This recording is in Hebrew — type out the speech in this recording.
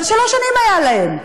אבל שלוש שנים היו להם,